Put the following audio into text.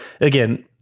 again